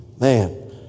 Man